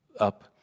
up